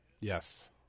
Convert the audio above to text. Yes